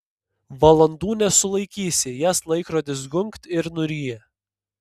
valandų nesulaikysi jas laikrodis gunkt ir nuryja